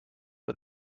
but